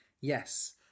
Yes